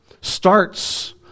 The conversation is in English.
starts